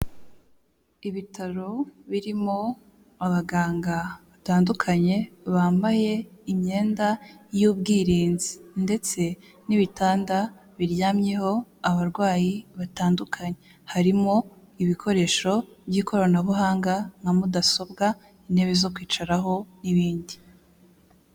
Ibitaro birimo abaganga batandukanye, bambaye imyenda y'ubwirinzi ndetse n'ibitanda biryamyeho abarwayi batandukanye, harimo ibikoresho by'ikoranabuhanga nka mudasobwa, intebe zo kwicaraho n'ibindi.